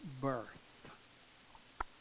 birth